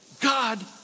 God